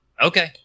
Okay